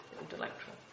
intellectual